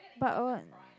but what